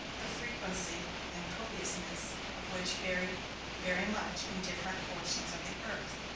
the frequency and copiousness of which vary very much in different portions of the earth.